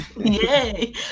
yay